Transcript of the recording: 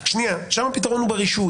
ושם הפתרון הוא ברישוי.